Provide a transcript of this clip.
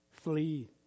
Flee